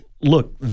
Look